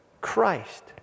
Christ